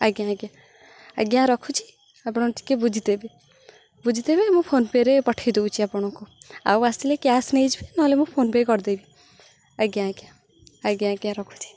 ଆଜ୍ଞା ଆଜ୍ଞା ଆଜ୍ଞା ରଖୁଛି ଆପଣ ଟିକେ ବୁଝିଦେବେ ବୁଝିଦେବେ ମୁଁ ଫୋନ୍ ପେ'ରେ ପଠେଇ ଦେଉଛି ଆପଣଙ୍କୁ ଆଉ ଆସିଲେ କ୍ୟାସ୍ ନେଇଯିବେ ନହେଲେ ମୁଁ ଫୋନ୍ ପେ କରିଦେବି ଆଜ୍ଞା ଆଜ୍ଞା ଆଜ୍ଞା ଆଜ୍ଞା ରଖୁଛି